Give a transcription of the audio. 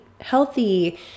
healthy